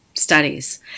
studies